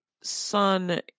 son